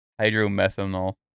hydromethanol